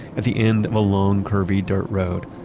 at the end of a long, curvy dirt road,